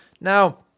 Now